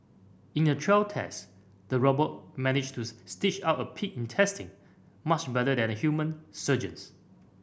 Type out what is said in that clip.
in a trial test the robot managed to stitch up pig intestines much better than human surgeons